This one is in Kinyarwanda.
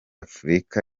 afurika